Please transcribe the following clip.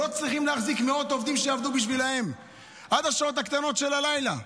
לא צריכים להחזיק מאות עובדים שיעבדו בשבילם עד השעות הקטנות של הלילה,